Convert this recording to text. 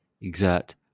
exert